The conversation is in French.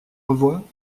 revoir